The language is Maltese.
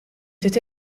ftit